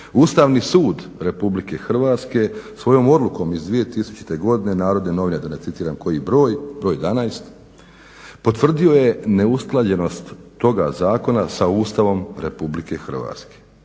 Ustavni sud Republike Hrvatske svojom odlukom iz 2000. godine, Narodne novine da ne citiram koji broj, broj 11. potvrdio je neusklađenost toga zakona sa Ustavom Republike Hrvatske.